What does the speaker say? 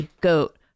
Goat